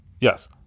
Yes